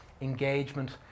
Engagement